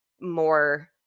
more